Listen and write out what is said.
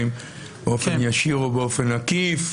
האם באופן ישיר או באופן עקיף,